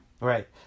Right